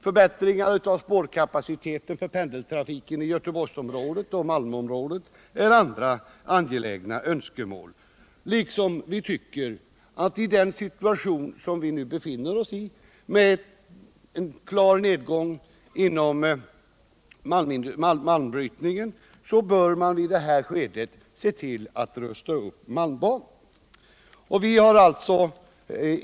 Förbättringar av spårkapaciteten för pendeltrafiken i Göteborgsoch Malmöområdena är andra angelägna önskemål. I den rådande situationen, med en klar nedgång i malmbrytningen och därför lägre trafik på malmbanan, bör man också se till att rusta upp denna bana.